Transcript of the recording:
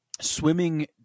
Swimming